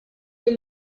est